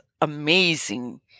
amazing